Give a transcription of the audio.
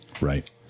Right